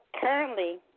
Currently